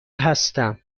هستم